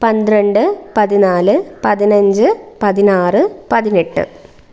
പന്ത്രണ്ട് പതിനാല് പതിനഞ്ച് പതിനാറ് പതിനെട്ട്